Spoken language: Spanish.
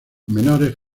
menores